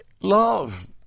love